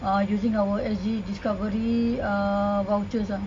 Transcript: uh using our S_G discovery uh vouchers ah